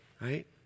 right